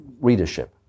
readership